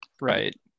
Right